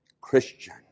Christian